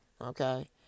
okay